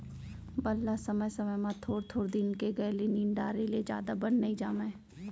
बन ल समे समे म थोर थोर दिन के गए ले निंद डारे ले जादा बन नइ जामय